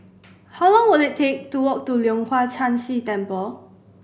how long will it take to walk to Leong Hwa Chan Si Temple